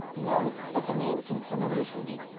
no, but the name seems familiar to me.